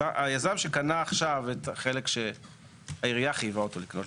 היזם שקנה עכשיו את החלק שהעירייה חייבה אותו לקנות,